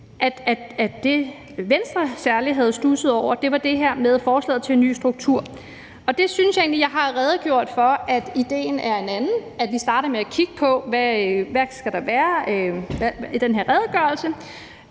at det, Venstre særlig havde studset over, var det her med forslaget til en ny struktur. Jeg synes egentlig, jeg har redegjort for, at idéen er en anden, altså at vi starter med at kigge på, hvad den her redegørelse